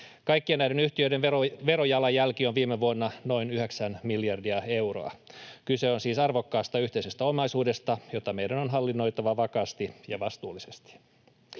Kaikkien näiden yhtiöiden verojalanjälki oli viime vuonna noin 9 miljardia euroa. Kyse on siis arvokkaasta yhteisestä omaisuudesta, jota meidän on hallinnoitava vakaasti ja vastuullisesti.